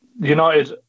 United